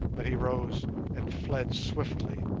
but he rose and fled swiftly,